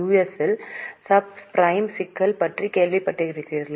S இல் subprime சிக்கல் பற்றி கேள்விப்பட்டிருக்கிறீர்களா